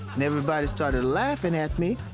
and everybody started laughing at me.